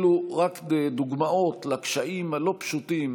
אלו רק דוגמאות לקשיים הלא-פשוטים